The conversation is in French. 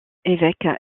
évêques